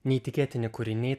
neįtikėtini kūriniai